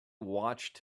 watched